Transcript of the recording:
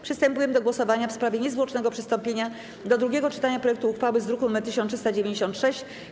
Przystępujemy do głosowania w sprawie niezwłocznego przystąpienia do drugiego czytania projektu uchwały z druku nr 1396.